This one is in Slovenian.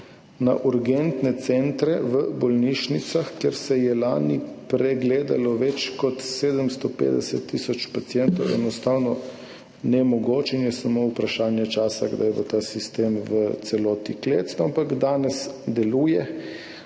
na urgentne centre v bolnišnicah, kjer se je lani pregledalo več kot 750 tisoč pacientov, enostavno nemogoč in je samo vprašanje časa, kdaj bo ta sistem v celoti klecnil, ampak danes deluje,